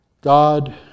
God